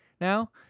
now